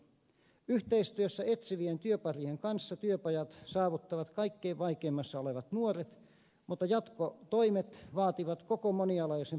yhteistyössä etsivien työparien kanssa työpajat saavuttavat kaikkein vaikeimmassa asemassa olevat nuoret mutta jatkotoimet vaativat koko monialaisen palveluverkon yhteistyötä